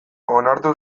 onartu